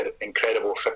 incredible